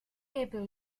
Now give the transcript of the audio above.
able